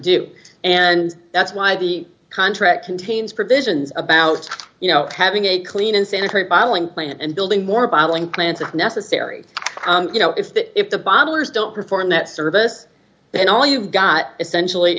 do and that's why the contract contains provisions about you know having a clean and sanitary bottling plant and building more bottling plants if necessary you know if that if the bottlers don't perform that service then all you've got essentially